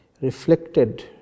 reflected